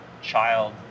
child